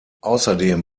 außerdem